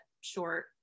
short